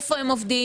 איפה הם עובדים,